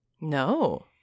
No